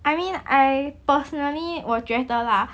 I mean I personally 我觉得 lah